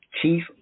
Chief